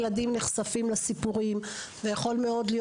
כיוון שכך הילדים נחשפים לסיפורים ויכול מאוד להיות